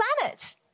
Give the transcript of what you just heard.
planet